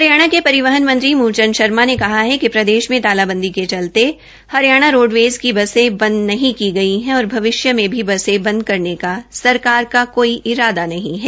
हरियाणा के परिहवन मंत्री मूलचंद शर्मा ने कहा है कि प्रदेश में तालाबंदी के चलते हरियाणा रोडवेज की बसें बंद नही हो गई है और अविष्य में भी बसें बंद करने का सरकार का कोई इरादा नहीं है